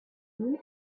maybe